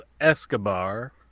Escobar